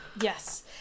yes